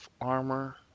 armor